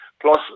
Plus